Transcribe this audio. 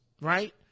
Right